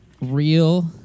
real